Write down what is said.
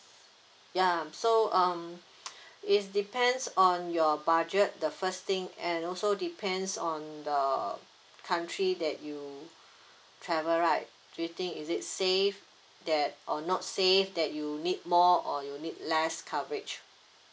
ya so um it's depends on your budget the first thing and also depends on the country that you travel right do you think is it safe that or not safe that you need more or you need less coverage